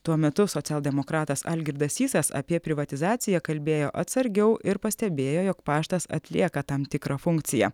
tuo metu socialdemokratas algirdas sysas apie privatizaciją kalbėjo atsargiau ir pastebėjo jog paštas atlieka tam tikrą funkciją